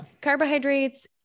Carbohydrates